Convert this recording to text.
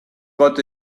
got